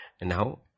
now